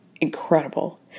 incredible